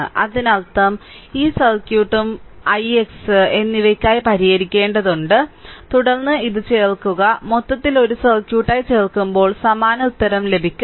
അതിനർത്ഥം ഈ സർക്യൂട്ടും ആ സർക്യൂട്ടും ix ' ix' 'എന്നിവയ്ക്കായി പരിഹരിക്കേണ്ടതുണ്ട് തുടർന്ന് ഇത് ചേർക്കുക മൊത്തത്തിൽ ഒരു സർക്യൂട്ടായി ചേർക്കുമ്പോൾ സമാന ഉത്തരം ലഭിക്കും